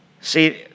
See